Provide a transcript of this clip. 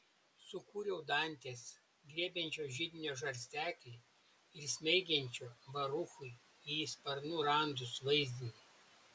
sukūriau dantės griebiančio židinio žarsteklį ir smeigiančio baruchui į sparnų randus vaizdinį